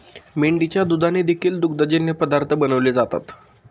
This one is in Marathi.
मेंढीच्या दुधाने देखील दुग्धजन्य पदार्थ बनवले जातात